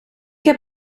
heb